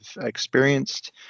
experienced